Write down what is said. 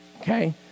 okay